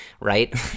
right